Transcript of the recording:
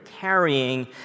carrying